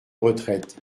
retraite